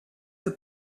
the